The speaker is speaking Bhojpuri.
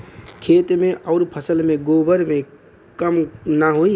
खेत मे अउर फसल मे गोबर से कम ना होई?